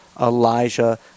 Elijah